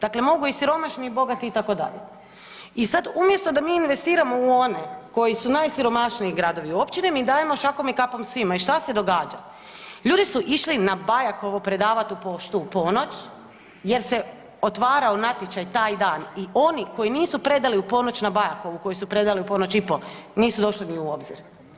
Dakle, mogu i siromašni i bogati itd., i sad umjesto da mi investiramo u one koji su najsiromašniji gradovi i općine mi dajemo šakom i kapom svima i šta se događa, ljudi su išli na Bajakovo predavat u poštu u ponoć jer se otvarao natječaj taj dan i oni koji nisu predali u ponoć na Bajakovu koji su predali u ponoć i po nisu došli ni u obzir.